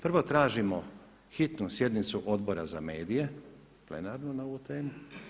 Prvo tražimo hitnu sjednicu Odbora za medije, plenarnu na ovu temu.